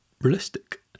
realistic